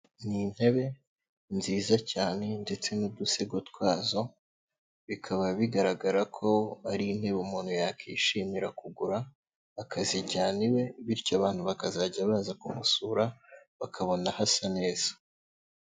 Ni intebe nziza cyane ndetse n'udusego twazo, bikaba bigaragara ko ari intebe umuntu yakishimira kugura akazijyana iwe, bityo abantu bakazajya baza kumusura, bakabona hasa neza.